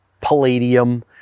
palladium